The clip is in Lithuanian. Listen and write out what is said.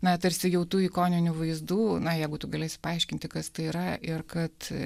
na tarsi jau tų ikoninių vaizdų na jeigu tu galėsi paaiškinti kas tai yra ir kad